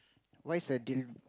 what is a deal